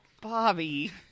Bobby